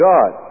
God